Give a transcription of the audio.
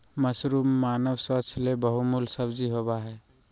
mushroom मानव स्वास्थ्य ले बहुमूल्य सब्जी होबय हइ